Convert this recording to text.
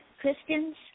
Christians